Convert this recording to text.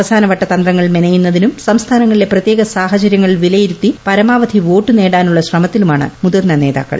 അവസാനവട്ട തന്ത്രങ്ങൾ മെനയുന്നതിനും സ്ർസ്ഥാനങ്ങളിലെ പ്രത്യേക സാഹചരൃങ്ങൾ വിലയിരുത്തിു പ്രമാവധി വോട്ട് നേടാനുള്ള ശ്രമത്തിലുമാണ് മുതിർന്നു നേതാക്കൾ